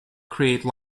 create